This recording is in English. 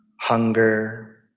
hunger